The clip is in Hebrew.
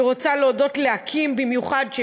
אני רוצה להודות במיוחד לאקי"ם,